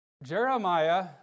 Jeremiah